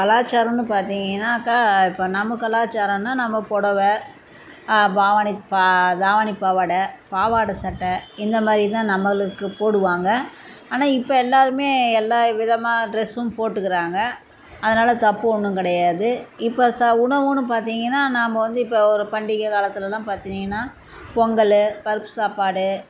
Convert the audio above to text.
கலாச்சாரம்னு பார்த்திங்கினாக்கா இப்போ நம்ம கலாச்சாரம்னா நம்ம புடவ பாடவடை பா தாவணி பாவாடை பாவாடை சட்டை இந்த மாதிரி தான் நம்மளுக்கு போடுவாங்க ஆனால் இப்போ எல்லோருமே எல்லா விதமான ட்ரெஸ்ஸும் போட்டுக்கிறாங்க அதனால் தப்பு ஒன்றும் கிடையாது இப்போ ச உணவுனு பார்த்திங்கன்னா நம்ம வந்து இப்போ ஒரு பண்டிகை காலத்திலெல்லாம் பார்த்திங்கன்னா பொங்கல் பருப்பு சாப்பாடு